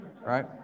right